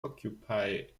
occupy